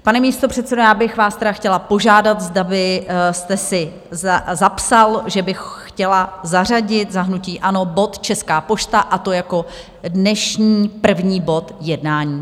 Pane místopředsedo, já bych vás tedy chtěla požádat, zda byste si zapsal, že bych chtěla zařadit za hnutí ANO bod Česká pošta, a to jako dnešní první bod jednání.